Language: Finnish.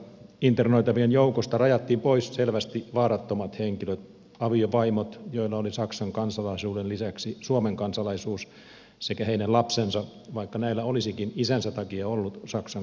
internoitavien joukosta rajattiin pois selvästi vaarattomat henkilöt aviovaimot joilla oli saksan kansalaisuuden lisäksi suomen kansalaisuus sekä heidän lapsensa vaikka näillä olisikin isänsä takia ollut saksan kansalaisuus